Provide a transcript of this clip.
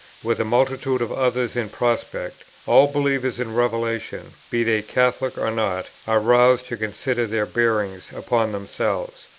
with a multitude of others in prospect, all believers in revelation, be they catholic or not, are roused to consider their bearing upon themselves,